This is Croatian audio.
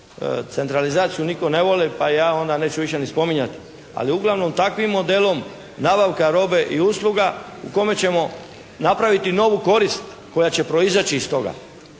Centralizaciju nitko ne voli pa je ja onda neću više ni spominjati, ali uglavnom takvim modelom nabavka robe i usluga u kome ćemo napraviti novu korist koja će proizaći iz toga.